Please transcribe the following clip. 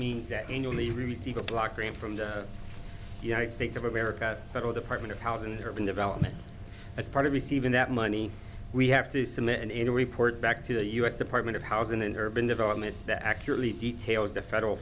means that annually receive a block grant from the united states of america federal department of housing and urban development as part of receiving that money we have to submit and in a report back to the u s department of housing and urban development that accurately details the federal